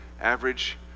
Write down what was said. average